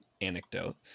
anecdote